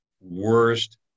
worst